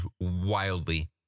wildly